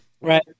right